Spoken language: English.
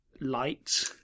Light